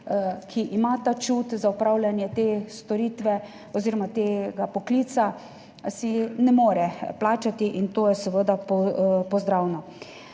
ki ima ta čut za opravljanje te storitve oziroma tega poklica, si ne more plačati in to je seveda za pozdraviti.